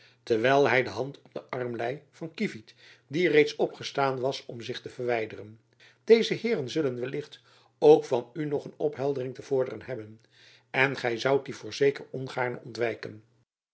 terwijl hy de hand op den arm lei van kievit die reeds opgestaan was om zich te verwijderen deze heeren zullen wellicht ook van u nog een opheldering te vorderen hebben en gy zoudt die voorzeker ongaarne ontwijken